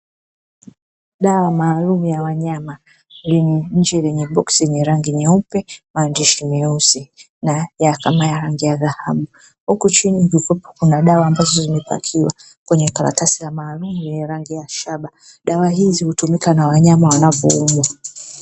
Dawa maalumu ya wanyama nje boski lina rangi nyeupe na nyeusi na kama rangi ya dhahabu, Huku chini Kuna dawa ambazo zimepakiwa kwenye karatasi maalumu lenye rangi ya shaba, dawa hizi hutumika na wanyama wanavyoumwa.